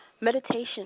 Meditation